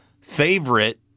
favorite